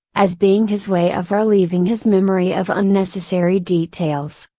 as being his way of relieving his memory of unnecessary details.